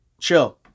chill